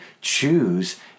choose